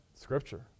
Scripture